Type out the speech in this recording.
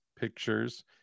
pictures